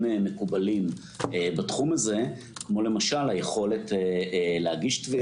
מקובלים בתחום הזה כמו היכולת להגיש תביעות.